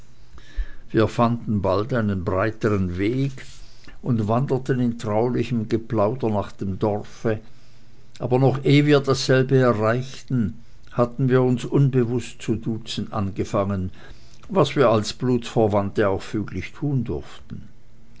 wir fanden bald einen breitern weg und wanderten in traulichem geplauder nach dem dorfe aber noch eh wir dasselbe erreichten hatten wir uns unbewußt zu duzen angefangen was wir als blutsverwandte auch füglich tun durften